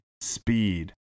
speed